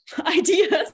ideas